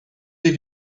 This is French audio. des